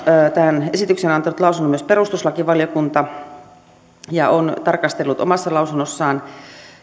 tähän esitykseen on antanut lausunnon myös perustuslakivaliokunta ja se on tarkastellut omassa lausunnossaan